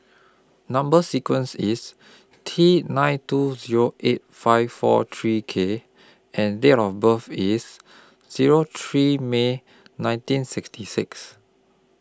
Number sequence IS T nine two Zero eight five four three K and Date of birth IS Zero three May nineteen sixty six